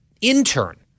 intern